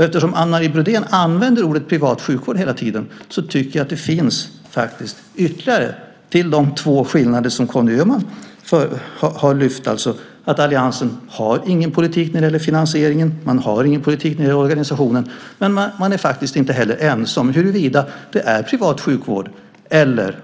Eftersom Anne Marie Brodén hela tiden använder uttrycket privat sjukvård finns det, förutom de två skillnader som Conny Öhman lyft fram, ytterligare skillnader. Alliansen har ingen politik när det gäller finansieringen, och de har ingen politik när det gäller organisationen. Allianspartierna är inte heller ense om huruvida det är privat sjukvård eller